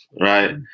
right